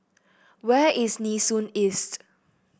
where is Nee Soon East